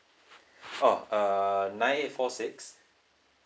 oh err nine eight four six